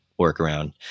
workaround